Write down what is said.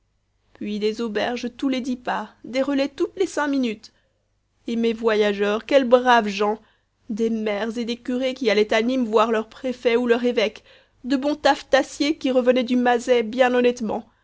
puis des auberges tous les dix pas des relais toutes les cinq minutes et mes voyageurs quelles braves gens des maires et des curés qui allaient à nîmes voir leur préfet ou leur évêque de bons taffetassiers qui revenaient du mazet bien honnêtement